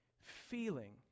feeling